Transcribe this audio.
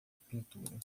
pintura